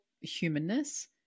humanness